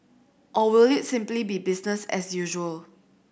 or will it simply be business as usual